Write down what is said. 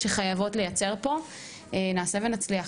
נעשה ונצליח,